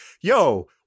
yo